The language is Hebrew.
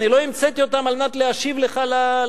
אני לא המצאתי אותם על מנת להשיב לך להצעה.